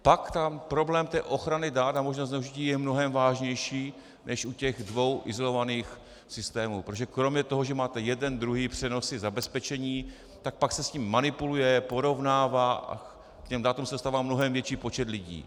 Pak tam problém té ochrany dat a možnost zneužití je mnohem vážnější než u těch dvou izolovaných systémů, protože kromě toho, že máte jeden, druhý přenosy, zabezpečení, tak pak se s tím manipuluje, porovnává a k datům se dostává mnohem větší počet lidí.